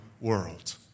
world